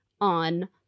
on